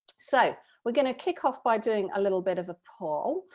so we're going to kick off by doing a little bit of a poll.